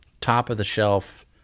top-of-the-shelf